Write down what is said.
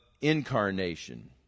incarnation